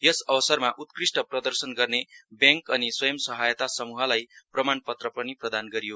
यस अवसरमा उत्कृष्ट प्रदर्शन गर्ने ब्याङ अनि स्वयं सहायता समूहलाई प्रामणपत्र पनि प्रदान गरियो